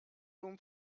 room